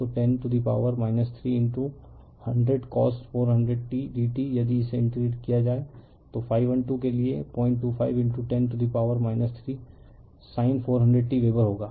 तो 10 to the power 3100cos400 t d t यदि इसे इंटीग्रेट किया जाए तो ∅1 2 के लिए 02510 to the power 3 sin 400 t weber होगा